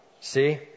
See